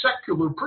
secular